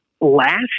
last